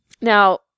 Now